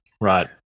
Right